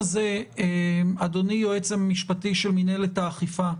אדוני היועץ המשפטי של מנהלת האכיפה,